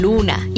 Luna